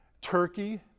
Turkey